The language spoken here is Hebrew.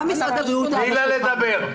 תני לה לדבר.